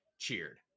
cheered